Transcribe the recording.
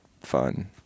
fun